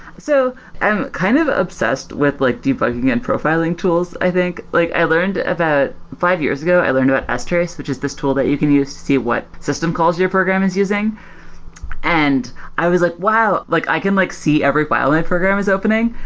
so i'm kind of obsessed with like debugging and profiling tools, i think. like i learned about five years ago, i learned about ah strace, which is this tool that you can use to see what system calls your program is using and i was like, wow! like i can like see every file my program is opening.